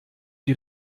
die